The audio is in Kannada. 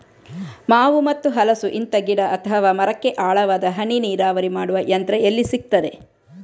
ಮಾವು ಮತ್ತು ಹಲಸು, ಇಂತ ಗಿಡ ಅಥವಾ ಮರಕ್ಕೆ ಆಳವಾದ ಹನಿ ನೀರಾವರಿ ಮಾಡುವ ಯಂತ್ರ ಎಲ್ಲಿ ಸಿಕ್ತದೆ?